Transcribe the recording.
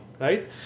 right